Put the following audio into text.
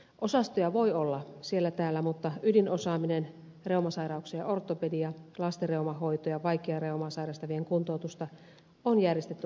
osastoja voi olla siellä täällä mutta ydinosaaminen reumasairauksien ortopedia lastenreuman hoito ja vaikeaa reumaa sairastavien kuntoutusta on järjestetty vain heinolassa